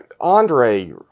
Andre